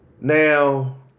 Now